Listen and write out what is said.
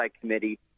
Committee